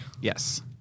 Yes